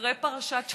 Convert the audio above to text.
אחרי פרשת שחיתות,